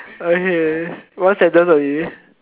okay one sentence only